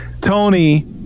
tony